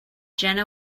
jenny